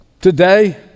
Today